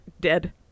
dead